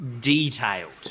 detailed